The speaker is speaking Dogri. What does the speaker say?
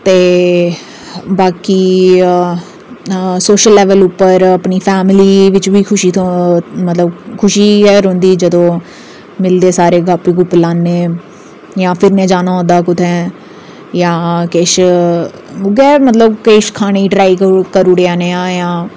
ते बाकी सोशल लेवल पर अपनी फैमिली गी बी खुशी गै रौहंदी जदूं मिलदे सारे गप गुप लान्ने जां फिर में जाना होंदा कुदै जां किश उ'ऐ किश खाने गी ट्राई करी ओड़ेआ नेहा